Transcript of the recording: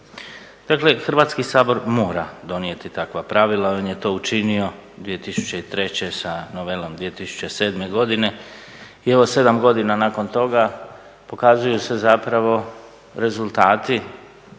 Dakle Hrvatski sabor mora donijeti takva pravila, ona je to učinio 2003. sa novelom 2007. godine i evo 7 godina nakon toga pokazuju se zapravo rezultati